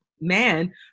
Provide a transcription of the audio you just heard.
man